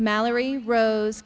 mallory rose